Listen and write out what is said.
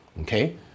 Okay